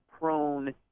prone